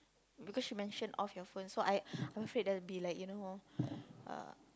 because she mention off your phone so I afraid that be like you know uh